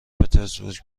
پترزبورگ